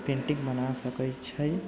painting बनाए सकै छै